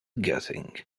getting